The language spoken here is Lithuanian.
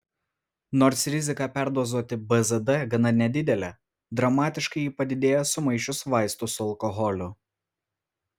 nors rizika perdozuoti bzd gana nedidelė dramatiškai ji padidėja sumaišius vaistus su alkoholiu